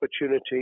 opportunity